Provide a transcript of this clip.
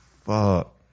fuck